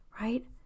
Right